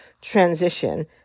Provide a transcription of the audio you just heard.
transition